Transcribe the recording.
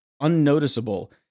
unnoticeable